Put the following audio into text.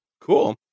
Cool